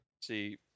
See